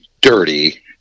dirty